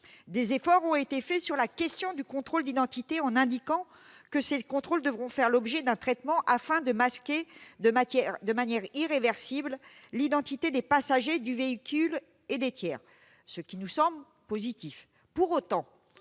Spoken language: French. des efforts ont été faits sur la question du contrôle d'identité : il est prévu désormais que ces contrôles devront faire l'objet d'un traitement afin de masquer de manière irréversible l'identité des passagers du véhicule et des tiers, ce qui nous semble positif.